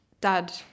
Dad